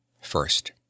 First